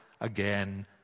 again